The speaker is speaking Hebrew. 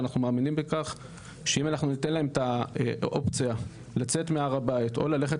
אנחנו מאמינים בכך שאם אנחנו ניתן להם את האופציה לצאת מהר הבית או ללכת